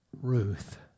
Ruth